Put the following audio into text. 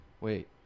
Wait